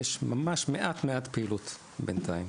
יש ממש מעט-מעט פעילות בינתיים.